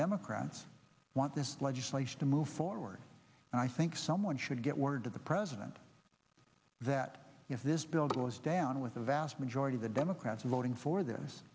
democrats want this legislation to move forward and i think someone should get word to the president that if this bill goes down with the vast majority the democrats voting for this